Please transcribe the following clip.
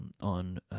on